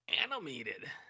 Animated